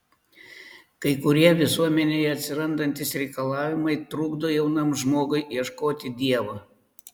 kai kurie visuomenėje atsirandantys reikalavimai trukdo jaunam žmogui ieškoti dievo